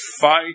fight